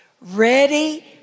ready